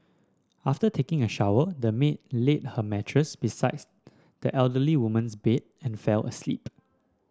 after taking a shower the maid laid her mattress beside the elderly woman's bed and fell asleep